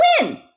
win